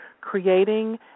creating